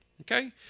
Okay